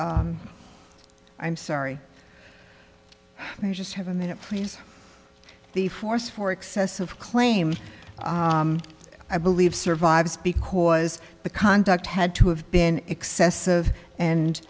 i'm sorry i just have a minute please the force for excessive claims i believe survives because the conduct had to have been excessive and